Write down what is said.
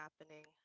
happening